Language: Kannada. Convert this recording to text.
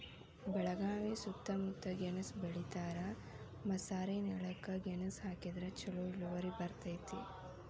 ಬೆಳಗಾವಿ ಸೂತ್ತಮುತ್ತ ಗೆಣಸ್ ಬೆಳಿತಾರ, ಮಸಾರಿನೆಲಕ್ಕ ಗೆಣಸ ಹಾಕಿದ್ರ ಛಲೋ ಇಳುವರಿ ಬರ್ತೈತಿ